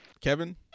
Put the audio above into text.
Kevin